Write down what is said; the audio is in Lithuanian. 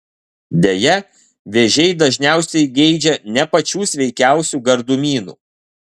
deja vėžiai dažniausiai geidžia ne pačių sveikiausių gardumynų